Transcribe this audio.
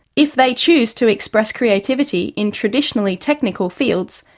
if they choose to express creativity in traditionally technical fields,